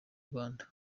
rwanda